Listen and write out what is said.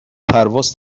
پرواز